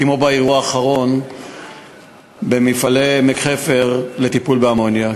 כמו באירוע האחרון במפעלי עמק-חפר לטיפול באמוניה.